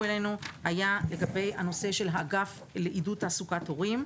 אלינו היה לגבי הנושא של האגף לעידוד תעסוקת הורים,